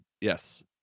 Yes